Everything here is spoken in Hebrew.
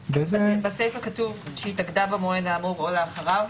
בסיפה כתוב "שהתאגדה במועד האמור או לאחריו".